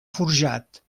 forjat